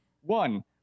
One